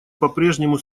попрежнему